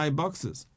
boxes